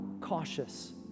cautious